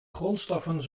grondstoffen